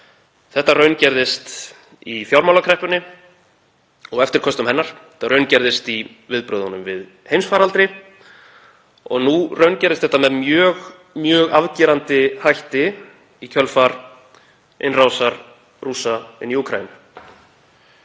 Þetta raungerðist í fjármálakreppunni og eftirköstum hennar, þetta raungerðist í viðbrögðunum við heimsfaraldri og nú raungerist þetta með mjög afgerandi hætti í kjölfar innrásar Rússa í Úkraínu.